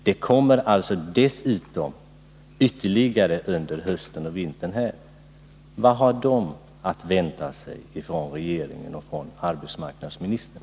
Det kommer alltså att bli ytterligare arbetslösa under hösten och vintern — vad har de att vänta sig från regeringen och från arbetsmarknadsministern?